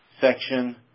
section